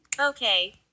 Okay